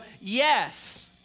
yes